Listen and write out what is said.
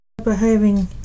Behaving